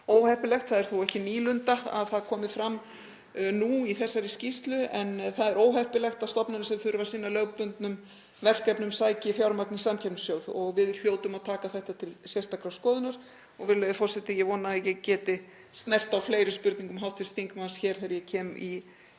óheppilegt. Það er þó ekki nýlunda að það komi fram nú í þessari skýrslu, en það er óheppilegt að stofnanir sem þurfa að sinna lögbundnum verkefnum sæki fjármagn í samkeppnissjóð og við hljótum að taka þetta til sérstakrar skoðunar. Virðulegi forseti. Ég vona að ég geti snert á fleiri spurningum hv. þingmanns hér þegar ég kem í